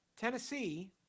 Tennessee